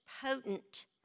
potent